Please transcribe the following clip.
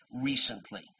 recently